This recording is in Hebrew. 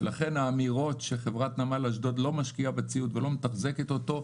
ולכן האמירות שחברת נמל אשדוד לא משקיעה בציוד ולא מתחזקת אותו,